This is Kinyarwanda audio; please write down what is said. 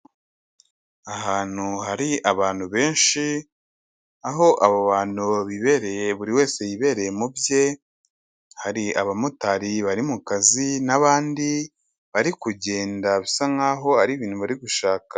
Ahantu hari abantu benshi aho abo bantu babibereye buri wese yibereye mu bye, hari abamotari bari mu kazi n'abandi bari kugenda bisa nk'aho ari ibintu bari gushaka.